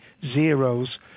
zeros